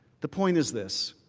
the point is this.